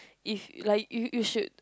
if like you you should